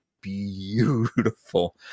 beautiful